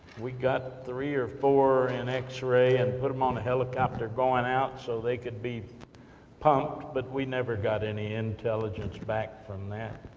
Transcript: we got three or four in x-ray, and put them on a helicopter going out, so they could be pumped, but we never got any intelligence back from that,